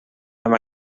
amb